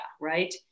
right